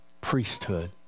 priesthood